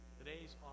today's